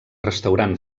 restaurant